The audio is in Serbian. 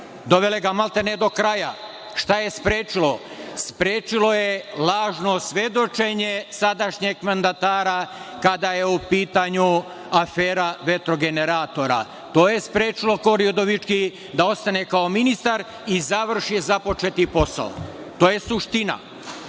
dovela ga maltene do kraja. Šta je sprečilo? Sprečilo je lažno svedočenje sadašnjeg mandatara kada je u pitanju afera vetrogeneratora. To je sprečilo Kori Udovički da ostane kao ministar i završi započeti posao. To je suština.